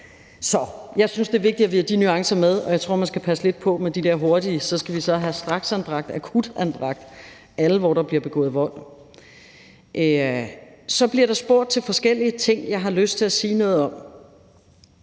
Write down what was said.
Så jeg synes, det er vigtigt, at vi har de nuancer med, og jeg tror, man skal passe lidt på med de der hurtige forslag om, at vi så skal have straksanbragt, akutanbragt alle de børn, der bliver begået vold imod. Der bliver spurgt til forskellige ting i debatten, som jeg har lyst til at sige noget om.